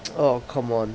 oh come on